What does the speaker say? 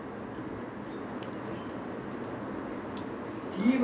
so dusty [what] ah you have to clean up the place deepavali coming right